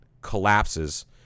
collapses